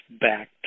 back